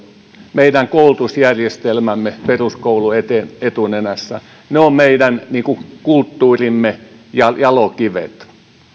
meidän koulutusjärjestelmämme peruskoulu etunenässä ovat meidän kulttuurimme jalokivet